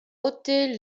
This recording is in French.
ôter